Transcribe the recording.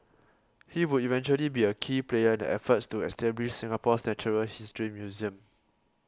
he would eventually be a key player in the efforts to establish Singapore's natural history museum